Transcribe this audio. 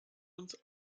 uns